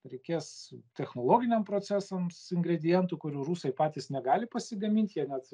reikės technologiniam procesams ingredientų kurių rusai patys negali pasigamint jie net